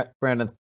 Brandon